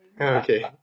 Okay